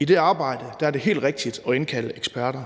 I det arbejde er det helt rigtigt at indkalde eksperter.